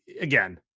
again